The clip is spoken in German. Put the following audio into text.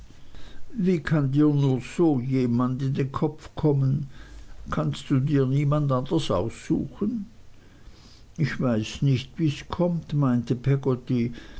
wie kann dir nur so jemand in den kopf kommen kannst du dir niemand anders aussuchen ich weiß nicht wies kommt meinte